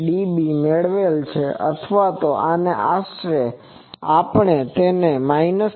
3db મેળવેલ છે અથવા આશરે આપણે તેને 13